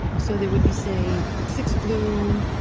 so there would be, say, six blue,